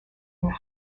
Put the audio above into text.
and